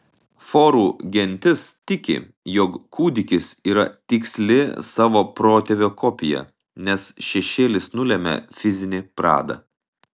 forų gentis tiki jog kūdikis yra tiksli savo protėvio kopija nes šešėlis nulemia fizinį pradą